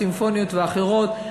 סימפוניות ואחרות,